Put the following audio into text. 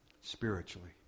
spiritually